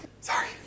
Sorry